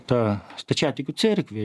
ta stačiatikių cerkvė